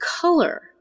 color